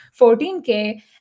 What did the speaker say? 14k